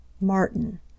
Martin